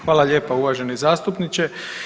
Hvala lijepa uvaženi zastupniče.